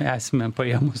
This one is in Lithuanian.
esmę paėmus